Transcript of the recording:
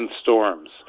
storms